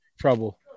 trouble